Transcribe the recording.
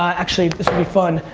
actually this'll be fun.